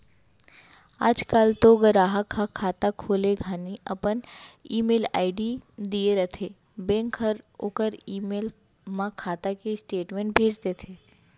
आज काल तो गराहक ह खाता खोले घानी अपन ईमेल आईडी दिए रथें बेंक हर ओकर ईमेल म खाता के स्टेटमेंट भेज देथे